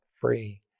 free